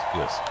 yes